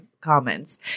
comments